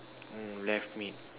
mm left mid